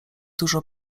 dużo